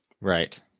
Right